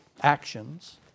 actions